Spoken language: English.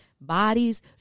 bodies